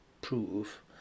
proof